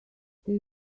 they